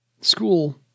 school